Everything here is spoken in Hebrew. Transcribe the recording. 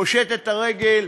פושט את הרגל,